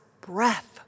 breath